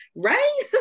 right